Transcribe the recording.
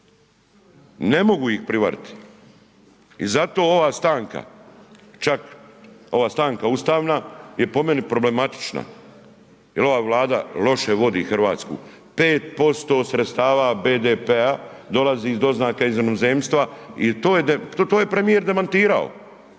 Ne mogu ih prevariti i zato ova stanka, čak, ova stanka ustavna je po meni problematična jer ova Vlada loše vodi Hrvatsku, 5% sredstava BDP-a dolazi oz doznaka iz inozemstva i to je premijer demantirao,